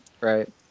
right